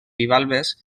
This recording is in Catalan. bivalves